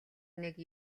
нэг